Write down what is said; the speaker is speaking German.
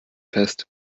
fest